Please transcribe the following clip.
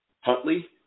Huntley